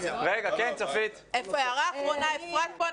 אפרת פה,